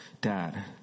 dad